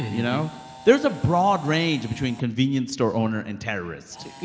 you know? there's a broad range between convenience store owner and terrorist.